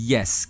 Yes